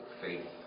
faith